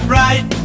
right